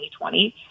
2020